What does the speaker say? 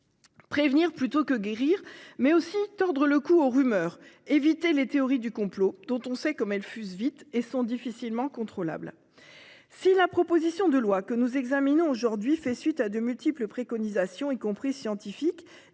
Prévenir plutôt que guérir, mais aussi tordre le cou aux rimeurs, éviter les théories du complot. On sait qu'elles fusent vite et qu'elles sont difficilement contrôlables ... Si la proposition de loi que nous examinons aujourd'hui fait suite à de multiples préconisations, y compris scientifiques,